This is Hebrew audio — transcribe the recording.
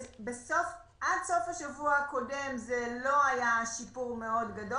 עד סוף השבוע הקודם לא היה שיפור מאוד גדול.